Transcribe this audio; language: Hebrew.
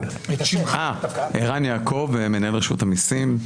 אני ערן יעקב, מנהל רשות המיסים.